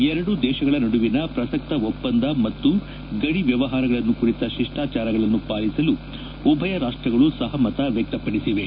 ಎರಡೂ ದೇಶಗಳ ನಡುವಿನ ಪ್ರಸಕ್ತ ಒಪ್ಪಂದ ಮತ್ತು ಗಡಿ ವ್ಲವಹಾರಗಳನ್ನು ಕುರಿತ ಶಿಷ್ಲಾಚಾರಗಳನ್ನು ಪಾಲಿಸಲು ಉಭಯ ರಾಷ್ಲಗಳು ಸಹಮತ ವ್ಲಕ್ಷಪಡಿಸಿವೆ